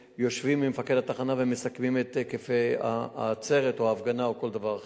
ויושבים עם מפקד התחנה ומסכמים את היקפי העצרת או ההפגנה או כל דבר אחר.